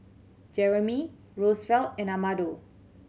Jeramie Rosevelt and Amado